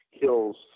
kills